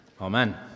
amen